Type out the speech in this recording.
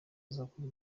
azakora